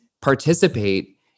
participate